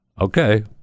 Okay